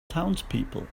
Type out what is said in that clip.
townspeople